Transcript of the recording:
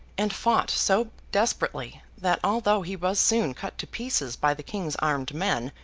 and fought so desperately, that although he was soon cut to pieces by the king's armed men,